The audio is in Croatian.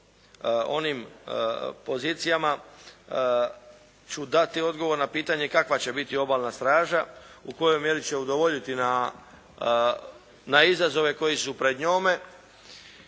onim pozicijama ću dati odgovor na pitanje kakva će biti obalna straža, u kojoj mjeri će udovoljiti na izazove koji su pred njome